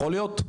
יכול להיות?